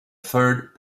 third